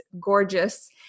gorgeous